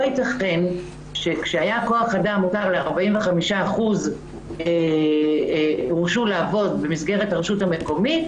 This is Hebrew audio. לא ייתכן שכאשר כוח האדם הוגבל ל-45% שהורשו לעבוד במסגרת הרשות המקומית